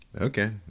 Okay